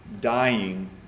dying